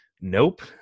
Nope